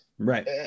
Right